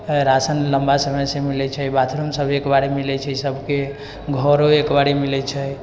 ration लम्बा समयसे मिलैत छै बाथरूम सभ एकबारी मिलैत छै सभकेँ घरो एकबारी मिलैत छै